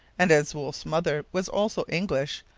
and as wolfe's mother was also english,